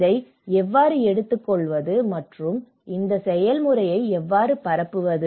இதை எவ்வாறு எடுத்துக்கொள்வது மற்றும் இந்த செயல்முறையை எவ்வாறு பரப்புவது